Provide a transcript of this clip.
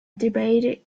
debated